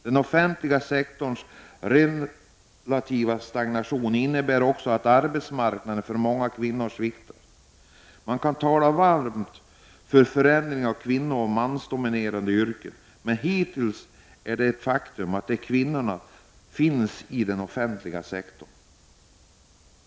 Den offentliga sektorns relativa stagnation innebär också att arbetsmarknaden för många kvinnor sviktar. Man kan tala varmt för förändring av kvinnooch mansdominerade yrken, men hittills är det ett faktum att kvinnorna finns i den offentliga sektorn.